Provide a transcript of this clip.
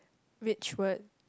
which word